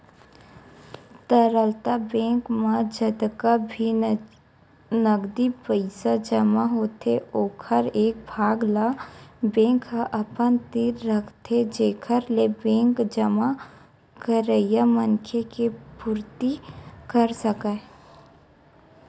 तरलता बेंक म जतका भी नगदी पइसा जमा होथे ओखर एक भाग ल बेंक ह अपन तीर रखथे जेखर ले बेंक जमा करइया मनखे के पुरती कर सकय